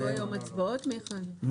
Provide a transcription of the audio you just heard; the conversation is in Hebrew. לא.